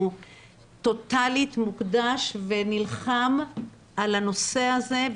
הוא טוטאלית מוקדש ונלחם על הנושא הזה,